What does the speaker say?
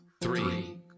three